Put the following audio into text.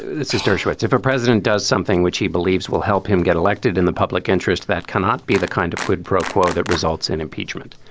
it says, dershowitz, if a president does something which he believes will help him get elected in the public interest, that cannot be the kind of quid pro quo that results in impeachment.